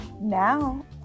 now